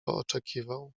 oczekiwał